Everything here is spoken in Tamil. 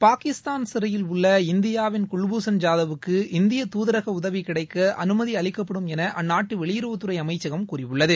பாகிஸ்தான் சிறையில் உள்ள இந்தியாவின் குல்பூஷன் ஜாதவ்க்கு இந்திய தூதரக உதவி கிடைக்க அனுமதி அளிக்கப்படும் என அந்நாட்டு வெளியுறவுத்துறை அமைச்சகம் கூறியுள்ளது